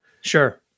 Sure